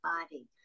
body